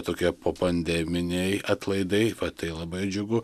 tokie popandeminiai atlaidai va tai labai džiugu